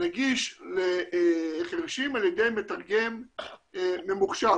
נגיש לחירשים על ידי מתרגם ממוחשב.